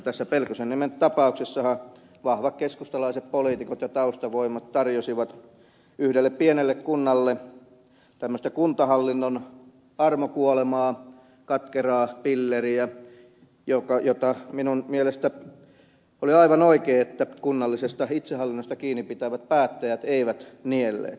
tässä pelkosenniemen tapauksessahan vahvat keskustalaiset poliitikot ja taustavoimat tarjosivat yhdelle pienelle kunnalle tämmöistä kuntahallinnon armokuolemaa katkeraa pilleriä ja minun mielestäni oli aivan oikein että tätä eivät kunnallisesta itsehallinnosta kiinni pitävät päättäjät nielleet